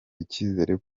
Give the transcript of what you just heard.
icyizere